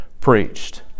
preached